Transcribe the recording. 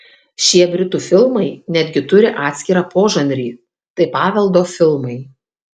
šie britų filmai netgi turi atskirą požanrį tai paveldo filmai